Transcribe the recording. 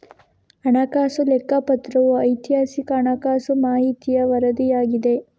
ಹಣಕಾಸು ಲೆಕ್ಕಪತ್ರವು ಐತಿಹಾಸಿಕ ಹಣಕಾಸು ಮಾಹಿತಿಯ ವರದಿಯಾಗಿದೆ